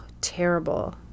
terrible